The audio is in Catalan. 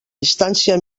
distància